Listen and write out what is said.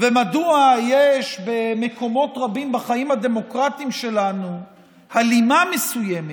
ומדוע יש במקומות רבים בחיים הדמוקרטיים שלנו הלימה מסוימת,